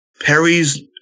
Perry's